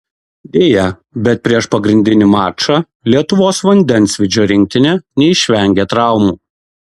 deja bet prieš pagrindinį mačą lietuvos vandensvydžio rinktinė neišvengė traumų